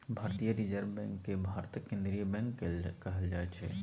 भारतीय reserve bank केँ भारतक केंद्रीय बैंक कहल जाइ छै